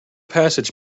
passage